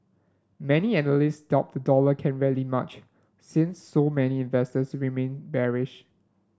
many analysts doubt the dollar can rally much since so many investors remain bearish